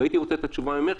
הייתי רוצה את התשובה ממך,